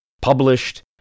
published